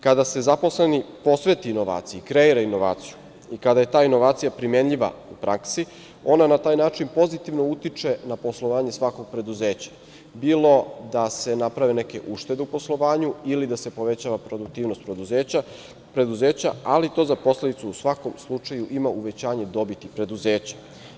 Kada se zaposleni posveti inovaciji, kreira inovaciju i kada je ta inovacija primenjiva u praksi, ona na taj način pozitivno utiče na poslovanje svakog preduzeća, bilo da se naprave neke uštede u poslovanju ili da se povećava produktivnost preduzeća, ali to za posledicu u svakom slučaju ima uvećanje dobiti preduzeća.